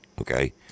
Okay